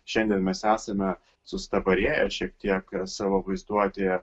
šiandien mes esame sustabarėję šiek tiek savo vaizduotėje